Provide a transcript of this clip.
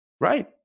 Right